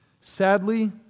Sadly